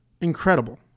incredible